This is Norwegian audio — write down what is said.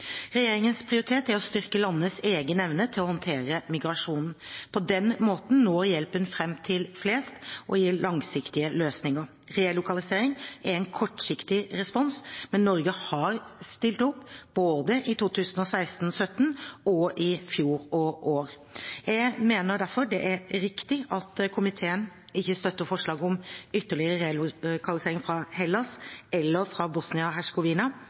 Regjeringens prioritet er å styrke landenes egen evne til å håndtere migrasjonen. På den måten når hjelpen frem til flest og gir langsiktige løsninger. Relokalisering er en kortsiktig respons, men Norge har stilt opp både i 2016–2017, i fjor og i år. Jeg mener derfor det er riktig at komiteen ikke støtter forslaget om ytterligere relokalisering fra Hellas eller fra